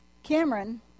Cameron